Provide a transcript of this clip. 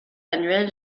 annuelles